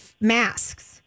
masks